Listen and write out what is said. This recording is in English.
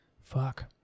fuck